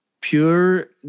Pure